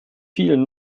vielen